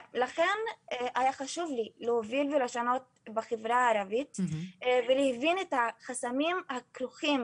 לכן היה חשוב לי להוביל ולשנות בחברה הערבית ולהבין את החסמים הכרוכים